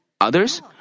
others